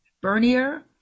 Bernier